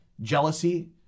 jealousy